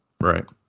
Right